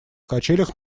качелях